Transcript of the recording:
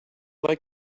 like